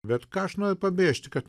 bet ką aš noriu pabrėžti kad